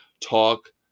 talk